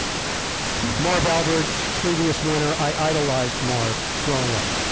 marv albert, previous winner, i idolized marv growing up,